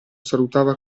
salutava